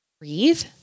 breathe